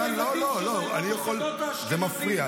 לא, הוא לא מפריע לי.